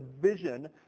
vision